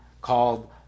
called